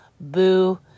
Boo